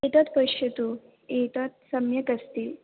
एतत् पश्यतु एतत् सम्यक् अस्ति